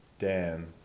Dan